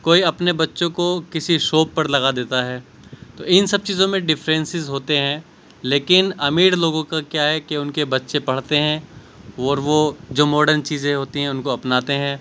کوئی اپنے بچوں کو کسی شوپ پر لگا دیتا ہے تو ان سب چیزوں میں ڈفرینسز ہوتے ہیں لیکن امیر لوگوں کا کیا ہے کہ ان کے بچے پڑھتے ہیں اور وہ جو موڈرن چیزیں ہوتی ہیں ان کو اپناتے ہیں